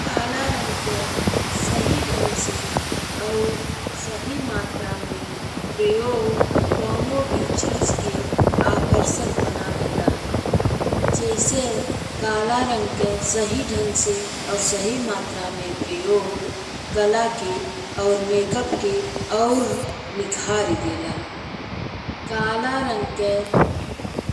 काला रंग के सही ढंग से और सही मात्रा में प्रयोग कउनो भी चीज के आकर्षक बना देला। जइसे काला रंग के सही ढंग से और सही मात्रा में प्रयोग कला के और मेकअप ले अउर निखारी देला। काला रंग के